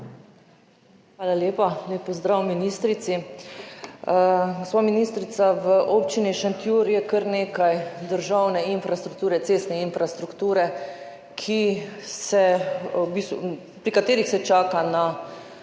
Hvala lepa. Lep pozdrav ministrici! Gospa ministrica, v občini Šentjur je kar nekaj državne infrastrukture, cestne infrastrukture, pri kateri se čaka na